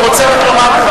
אני רוצה רק לומר לך,